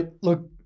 Look